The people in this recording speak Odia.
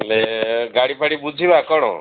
ହେଲେ ଗାଡ଼ି ଫାଡ଼ି ବୁଝିବା କ'ଣ